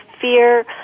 fear